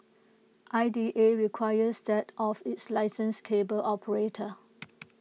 I D A requires that of its licensed cable operator